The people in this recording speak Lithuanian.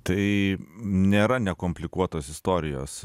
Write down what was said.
tai nėra nekomplikuotos istorijos